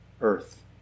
earth